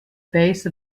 base